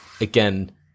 again